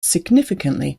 significantly